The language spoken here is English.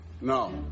No